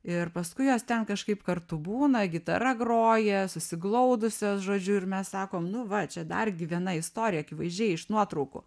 ir paskui jos ten kažkaip kartu būna gitara groja susiglaudusios žodžiu ir mes sakome nu va čia dar viena istorija akivaizdžiai iš nuotraukų